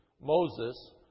Moses